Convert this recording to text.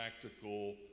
practical